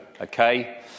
okay